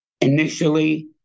Initially